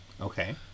Okay